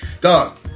Dog